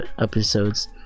episodes